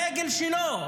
הדגל שלו,